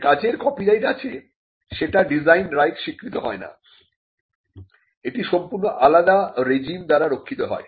যে কাজের কপিরাইট আছে সেটার ডিজাইন রাইট স্বীকৃত হয় না এটি সম্পূর্ণ আলাদা রেজিম দ্বারা রক্ষিত হয়